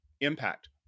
impact